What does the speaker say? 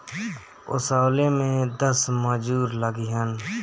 ओसवले में दस मजूर लगिहन